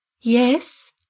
Yes